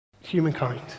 humankind